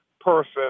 person